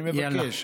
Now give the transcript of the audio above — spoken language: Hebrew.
אני מבקש.